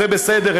זה בסדר,